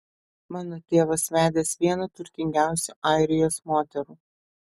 mano tėvas vedęs vieną turtingiausių airijos moterų